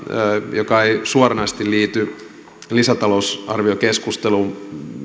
joka ei suoranaisesti liity lisätalousarviokeskusteluun